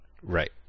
Right